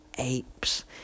apes